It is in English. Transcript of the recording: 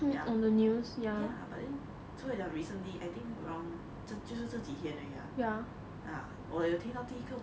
ya ya but then so recently I think around 这就是 around 这几天而已啦我有听到一个